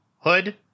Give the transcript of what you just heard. hood